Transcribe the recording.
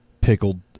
pickled